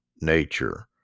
nature